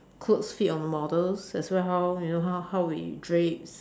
clothes fit on models that's why how you know how how would it drapes